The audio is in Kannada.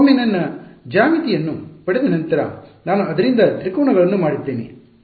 ಒಮ್ಮೆ ನನ್ನ ಜ್ಯಾಮಿತಿಯನ್ನು ಪಡೆದ ನಂತರ ನಾನು ಅದರಿಂದ ತ್ರಿಕೋನಗಳನ್ನು ಮಾಡಿದ್ದೇನೆ